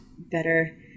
better